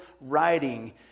writing